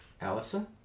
Allison